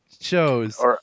shows